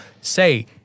say